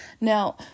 Now